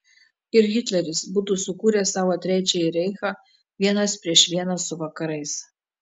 ir hitleris būtų sukūręs savo trečiąjį reichą vienas prieš vieną su vakarais